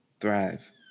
thrive